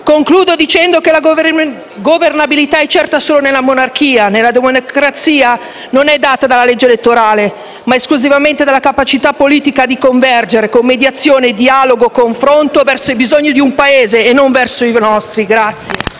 Concludo dicendo che la governabilità è certa solo nella monarchia, nella democrazia non è data dalla legge elettorale ma esclusivamente dalla capacità politica di convergere, con mediazione, dialogo e confronto, verso i bisogni di un Paese e non verso i vostri.